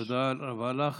תודה רבה לך.